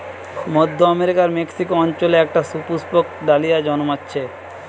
মধ্য আমেরিকার মেক্সিকো অঞ্চলে একটা সুপুষ্পক ডালিয়া জন্মাচ্ছে